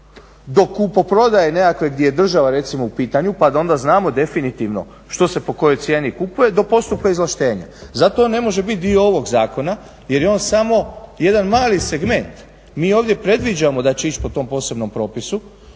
do kupoprodaje nekakve gdje je država recimo u pitanju pa da onda znamo definitivno što se po kojoj cijeni kupuje do postupka izvlaštenja. Zato on ne može biti dio ovog zakona jer je on samo jedan mali segment. Mi ovdje predviđamo da će ići po tom posebnom propisu.